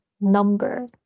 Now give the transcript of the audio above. number